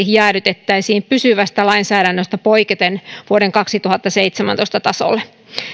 jäädytettäisiin pysyvästä lainsäädännöstä poiketen vuoden kaksituhattaseitsemäntoista tasolle